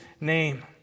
name